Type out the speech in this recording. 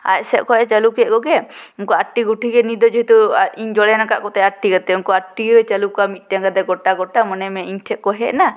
ᱟᱡ ᱥᱮᱫ ᱠᱷᱚᱱᱮᱭ ᱪᱟᱹᱞᱩ ᱠᱮᱫ ᱠᱚᱜᱮ ᱩᱱᱠᱩ ᱟᱴᱴᱤ ᱜᱩᱴᱷᱤ ᱜᱮ ᱡᱮᱦᱮᱛᱩ ᱤᱧᱤᱧ ᱡᱚᱲᱮᱱᱟᱠᱟᱫ ᱠᱚᱛᱟᱭᱟ ᱟᱴᱴᱤ ᱜᱮ ᱩᱱᱠᱩ ᱟᱴᱴᱤ ᱜᱮᱭ ᱪᱟᱹᱞᱩ ᱠᱚᱣᱟ ᱢᱤᱫᱴᱮᱱ ᱠᱟᱛᱮ ᱜᱚᱴᱟᱼᱜᱚᱴᱟ ᱢᱚᱱᱮ ᱢᱮ ᱤᱧ ᱴᱷᱮᱱ ᱠᱚ ᱦᱮᱡᱼᱱᱟ